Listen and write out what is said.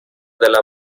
della